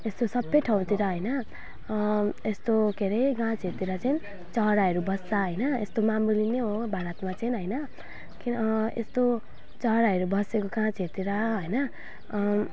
यस्तो सबै ठाउँतिर होइन यस्तो के अरे गाछहरूतिर चाहिँ चराहरू बस्छ होइन यस्तो मामुली नै हो भारतमा चाहिँ होइन किन यस्तो चराहरू बसेको गाछहरूतिर होइन